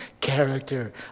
character